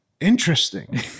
Interesting